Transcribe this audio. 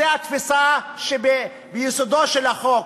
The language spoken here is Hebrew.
זו התפיסה שביסודו של החוק.